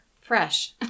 fresh